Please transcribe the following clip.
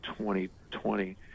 2020